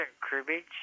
Cribbage